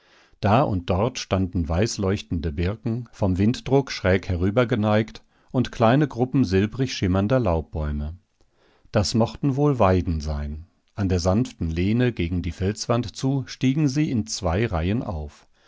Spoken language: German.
da und dort standen weißleuchtende birken vom winddruck schräg herübergeneigt und kleine gruppen silbrig schimmernder laubbäume das mochten wohl weiden sein an der sanften lehne gegen die felswand zu stiegen sie in zwei reihen auf